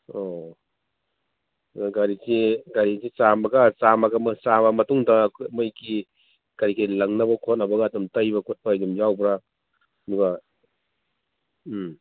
ꯑꯣ ꯑ ꯒꯥꯔꯤꯁꯤ ꯒꯥꯔꯤꯁꯤ ꯆꯥꯥꯝꯃꯒ ꯆꯥꯝꯃ ꯃꯇꯨꯡꯗ ꯃꯣꯏꯒꯤ ꯀꯩꯀꯩ ꯂꯪꯅꯕ ꯈꯣꯠꯅꯕꯀꯗꯣ ꯑꯗꯨꯝ ꯇꯩꯕ ꯈꯣꯠꯄ ꯑꯗꯨꯝ ꯌꯥꯎꯕ꯭ꯔ ꯑꯗꯨꯒ ꯎꯝ